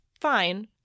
fine